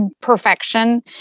perfection